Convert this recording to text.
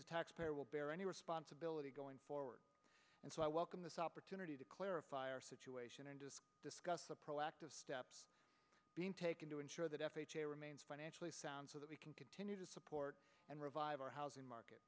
the taxpayer will bear any responsibility going forward and so i welcome this opportunity to clarify our situation and to discuss the proactive steps being taken to ensure that f h a remains financially sound so that we can continue to support and revive our housing market